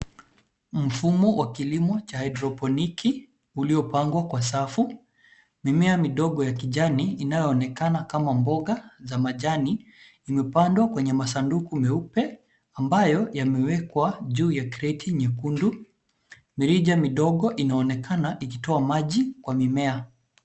Mfumo wa kilimo cha hyroponiki uliyo pangwa kwa safu. Mimea midogo ya kijani inayo onekana kama mboga za majani imepandwa kwenye masanduku meupe ambayo yamewekwa juu ya kreti nyekundu. Mirija midogo inaonekana ikitoa maji kwa mimea.